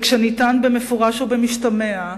וכשנטען, במפורש או במשתמע,